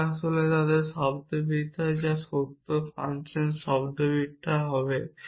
এটি আসলে তারপর শব্দার্থবিদ্যা সত্য ফাংশন শব্দার্থবিদ্যা হবে